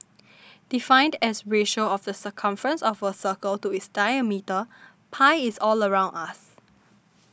defined as ratio of the circumference of a circle to its diameter pi is all around us